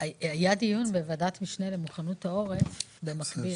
היה דיון בוועדת משנה למוכנות העורף במקביל.